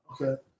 Okay